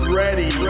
ready